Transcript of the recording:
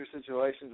situations